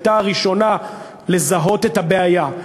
הייתה הראשונה לזהות את הבעיה.